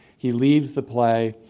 he leaves the play,